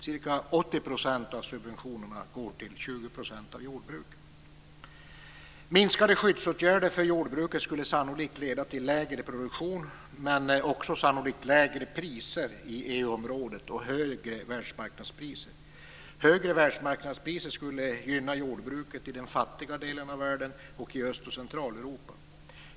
Ca 80 % av subventionerna går till Minskade skyddsåtgärder för jordbruket skulle sannolikt leda till lägre produktion, men sannolikt också till lägre priser i EU-området och högre världsmarknadspriser. Högre världsmarknadspriser skulle gynna jordbruket i den fattiga delen av världen och i Öst och Centraleuropa.